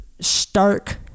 stark